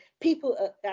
people